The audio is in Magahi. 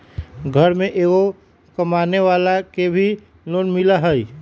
घर में एगो कमानेवाला के भी लोन मिलहई?